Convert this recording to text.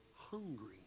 hungry